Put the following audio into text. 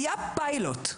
היה פיילוט.